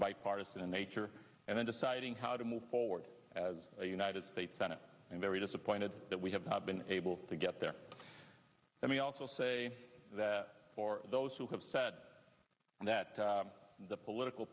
bipartisan in nature and in deciding how to move forward as a united states senate and very disappointed that we have not been able to get there let me also say that for those who have said that the political